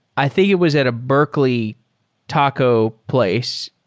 i think it was at a berkeley taco place,